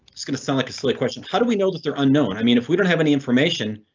it's gonna sound like a silly question. how do we know that they are unknown? i mean if we don't have any information,